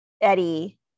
eddie